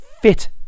fit